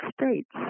states